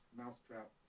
mousetrap